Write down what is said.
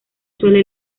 suele